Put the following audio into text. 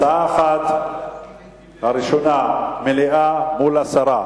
הצעה אחת, הראשונה, היא מליאה מול הסרה.